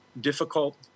difficult